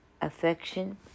affection